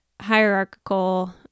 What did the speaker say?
hierarchical